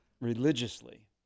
religiously